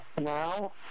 Now